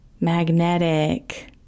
magnetic